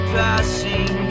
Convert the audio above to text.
passing